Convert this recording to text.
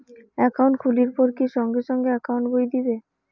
Account খুলির পর কি সঙ্গে সঙ্গে একাউন্ট বই দিবে?